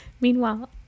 Meanwhile